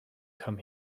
come